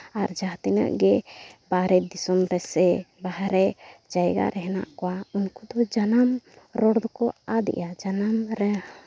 ᱟᱨ ᱡᱟᱦᱟᱸ ᱛᱤᱱᱟᱹᱜ ᱜᱮ ᱵᱟᱦᱨᱮ ᱫᱤᱥᱚᱢ ᱨᱮᱥᱮ ᱵᱟᱦᱨᱮ ᱡᱟᱭᱟᱜ ᱨᱮ ᱦᱮᱱᱟᱜ ᱠᱚᱣᱟ ᱩᱱᱠᱩ ᱫᱚ ᱡᱟᱱᱟᱢ ᱨᱚᱲ ᱫᱚᱠᱚ ᱟᱫ ᱮᱜᱼᱟ ᱡᱟᱱᱟᱢ ᱨᱚᱲ